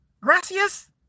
Gracias